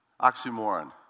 Oxymoron